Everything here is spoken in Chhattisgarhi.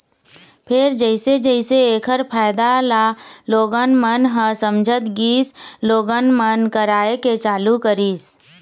फेर जइसे जइसे ऐखर फायदा ल लोगन मन ह समझत गिस लोगन मन कराए के चालू करिस